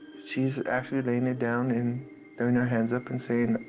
she's actually laying it down and throwing her hands up and saying,